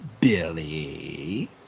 Billy